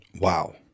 Wow